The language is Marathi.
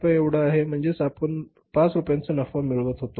म्हणजेच आपण 5 रुपयांचा नफा मिळवत होतो